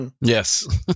yes